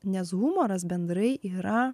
nes humoras bendrai yra